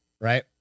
right